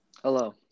Hello